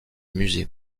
musées